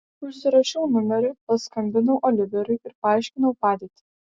užsirašiau numerį paskambinau oliveriui ir paaiškinau padėtį